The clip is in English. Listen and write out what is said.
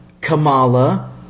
Kamala